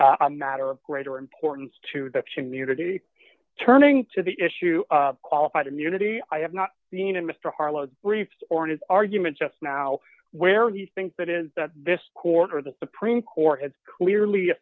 a matter of greater importance to the community turning to the issue qualified immunity i have not seen in mr harlowe briefs or his argument just now where do you think that is that this quarter the supreme court has clearly